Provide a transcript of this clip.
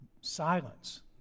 Silence